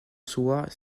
soit